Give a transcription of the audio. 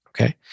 Okay